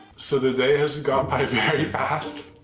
so the day has gone by very fast,